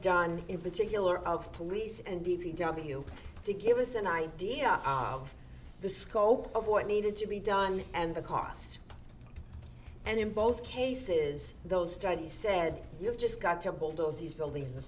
done in particular of police and d p w to give us an idea of the scope of what needed to be done and the cost and in both cases those studies said you've just got to bulldoze these buildings and